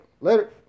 Later